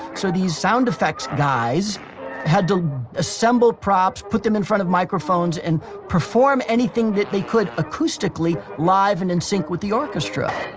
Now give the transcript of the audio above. so, these sound effects guys had to assemble props, put them in front of microphones and perform anything that they could acoustically, live and in sync with the orchestra